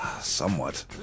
Somewhat